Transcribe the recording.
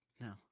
no